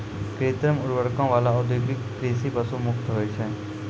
कृत्रिम उर्वरको वाला औद्योगिक कृषि पशु मुक्त होय छै